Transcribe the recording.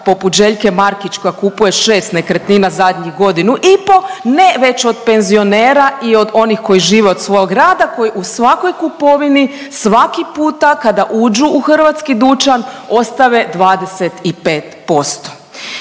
poput Željke Markić koja kupuje 6 nekretnina zadnjih godinu i po', ne, već od penzionera i od onih koji žive od svog rada koji u svakoj kupovini, svaki puta kada uđu u hrvatski dućan ostave 25%.